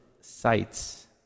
sites